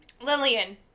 Lillian